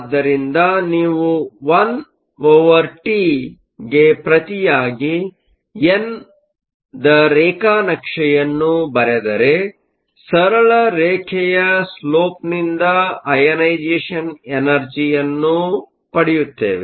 ಆದ್ದರಿಂದ ನೀವು 1ಟಿ1T ಗೆ ಪ್ರತಿಯಾಗಿ ಎನ್ ರೇಖಾ ನಕ್ಷೆಯನ್ನು ಬರೆದರೆ ಸರಳರೇಖೆಯ ಸ್ಲೋಪ್ನಿಂದ ಅಐನೇಸೆಷ಼ನ್ ಎನರ್ಜಿಯನ್ನು ಪಡೆಯುತ್ತೇವೆ